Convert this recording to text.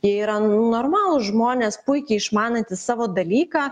jie yra normalūs žmonės puikiai išmanantis savo dalyką